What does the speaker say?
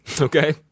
Okay